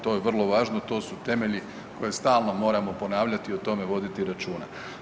To je vrlo važno, to su temelji koje stalno moramo ponavljati, o tome voditi računa.